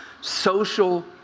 social